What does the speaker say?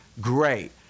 Great